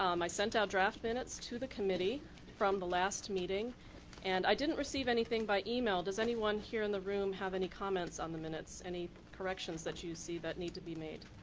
um i sent out draft minutes to the committee from the last meeting and i didn't receive anything by e-mail. does anyone here in the room have any comments on the minutes? any corrections that you see that need to be made?